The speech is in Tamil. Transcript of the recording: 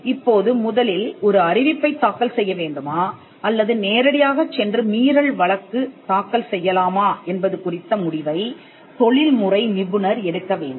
இப்போது முதலில் ஒரு அறிவிப்பைத் தாக்கல் செய்ய வேண்டுமா அல்லது நேரடியாகச் சென்று மீறல் வழக்கு தாக்கல் செய்யலாமா என்பது குறித்த முடிவைத் தொழில்முறை நிபுணர் எடுக்க வேண்டும்